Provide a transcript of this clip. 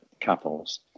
couples